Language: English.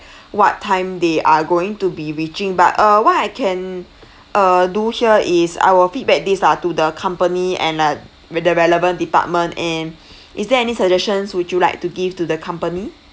what time they are going to be reaching but uh what I can uh do here is I will feedback this lah to the company and uh the relevant department and is there any suggestions would you like to give to the company